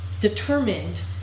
determined